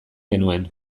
genuen